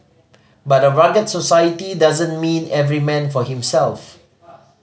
but a rugged society doesn't mean every man for himself